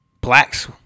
blacks